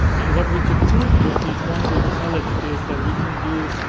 and what we could prove with these one week pilots is that we can do